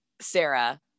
Sarah